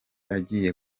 agiye